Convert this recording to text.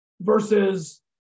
versus